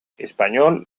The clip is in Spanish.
español